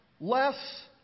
less